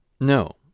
No